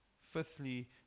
Fifthly